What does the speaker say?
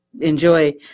enjoy